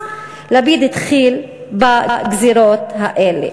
אז לפיד התחיל בגזירות האלה.